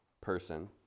person